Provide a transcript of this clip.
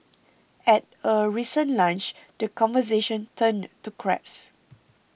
at a recent lunch the conversation turned to crabs